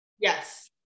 Yes